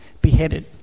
beheaded